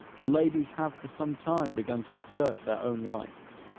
the ladies have for some time begun to assert their own rights.